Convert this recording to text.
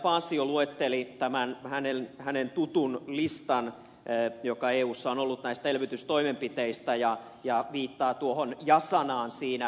paasio luetteli tämän tutun listansa joka eussa on ollut näistä elvytystoimenpiteistä ja viittasi tuohon ja sanaan siinä